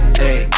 hey